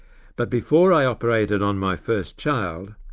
but before i operated on my first child,